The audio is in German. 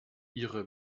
ihre